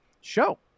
show